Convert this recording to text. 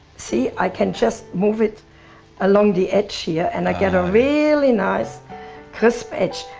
see, i can just move it along the edge here and i get a really nice crisp edge.